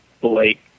Blake